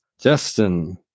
Justin